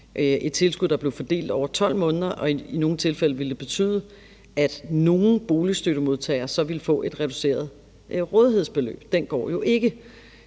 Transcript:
et tilskud, der blev fordelt over 12 måneder. I nogle tilfælde ville det betyde, at nogle boligstøttemodtagere så ville få et reduceret rådighedsbeløb, og den går jo ikke.